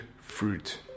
fruit